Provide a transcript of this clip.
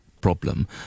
problem